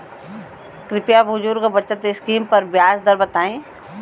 कृपया बुजुर्ग बचत स्किम पर ब्याज दर बताई